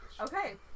Okay